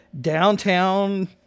downtown